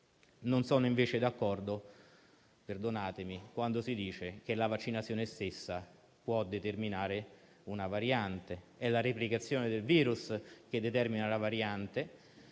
Non sono, invece, d'accordo - perdonatemi - quando si dice che la vaccinazione stessa può determinare una variante: è la replicazione del virus che determina la variante.